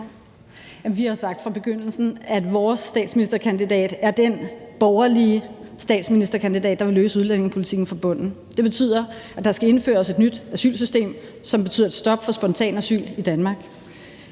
vi har sagt fra begyndelsen, at vores statsministerkandidat er den borgerlige statsministerkandidat, der vil løse udlændingepolitikken fra bunden. Det betyder, at der skal indføres et nyt asylsystem, som betyder et stop for spontanasyl i Danmark,